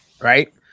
Right